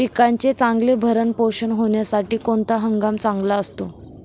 पिकाचे चांगले भरण पोषण होण्यासाठी कोणता हंगाम चांगला असतो?